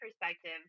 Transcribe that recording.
Perspective